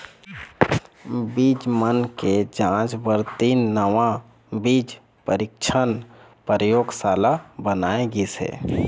बीजा मन के जांच बर तीन नवा बीज परीक्छन परयोगसाला बनाए गिस हे